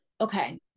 okay